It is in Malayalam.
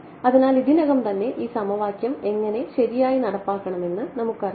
അതിനാൽ ഇതിനകം തന്നെ ഈ സമവാക്യം എങ്ങനെ ശരിയായി നടപ്പാക്കണമെന്ന് നമുക്കറിയാം